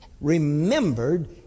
remembered